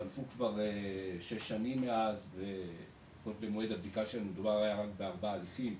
חלפו כבר שש שנים מאז וכבר במועד הבדיקה שלנו דובר היה בארבעה הליכים,